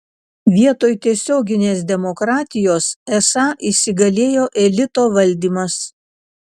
vietoj tiesioginės demokratijos esą įsigalėjo elito valdymas